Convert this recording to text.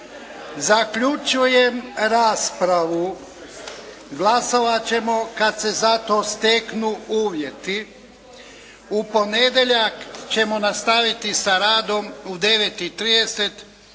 Zaključujem raspravu. Glasovat ćemo kad se za to steknu uvjeti. U ponedjeljak ćemo nastaviti sa radom u 9